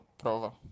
prova